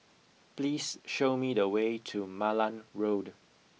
please show me the way to Malan Road